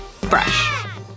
brush